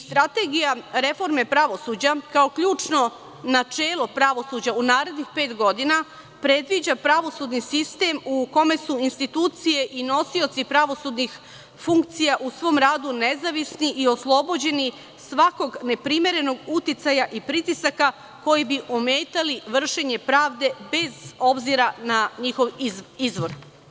Strategija reforme pravosuđa, kao ključno načelo pravosuđa u narednih pet godina predviđa pravosudni sistem u kome su institucije i nosioci pravosudnih funkcija u svom radu nezavisni i oslobođeni svakog neprimerenog uticaja i pritisaka koji bi ometali vršenje pravde bez obzira na njihov izvor.